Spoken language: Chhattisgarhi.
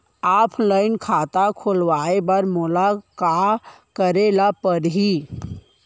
ऑफलाइन खाता खोलवाय बर मोला का करे ल परही?